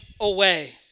away